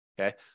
Okay